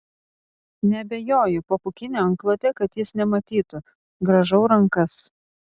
neabejoju po pūkine antklode kad jis nematytų grąžau rankas